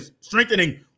strengthening